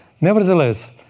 Nevertheless